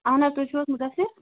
اَہَن حظ تُہۍ چھِو حظ مُدَثر